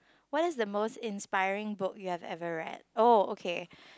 what is the most inspiring book you have ever read oh okay